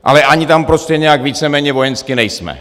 Ale ani tam prostě nějak víceméně vojensky nejsme.